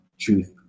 truth